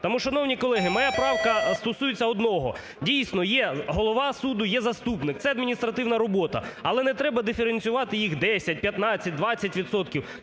Тому, шановні колеги, моя правка стосується одного. Дійсно є голова суду, є заступник, це адміністративна робота, але не треба диференціювати їх 10, 15, 20